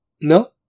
No